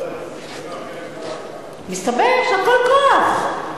מסתבר שהכול כוח.